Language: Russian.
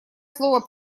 слово